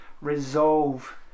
resolve